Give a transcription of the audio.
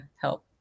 help